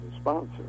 sponsor